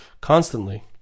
constantly